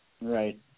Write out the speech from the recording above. Right